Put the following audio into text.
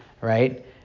right